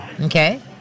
Okay